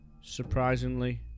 surprisingly